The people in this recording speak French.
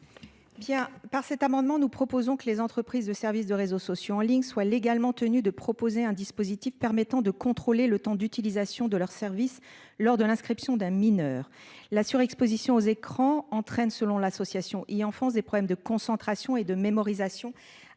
par cet amendement. Nous proposons que les entreprises de service de réseaux sociaux en ligne soit légalement tenus de proposer un dispositif permettant de contrôler le temps d'utilisation de leurs services. Lors de l'inscription d'un mineur, la surexposition aux écrans entraîne selon l'association, il en France des problèmes de concentration et de mémorisation,